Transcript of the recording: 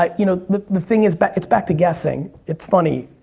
um you know the the thing is but it's back to guessing. it's funny,